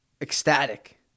Ecstatic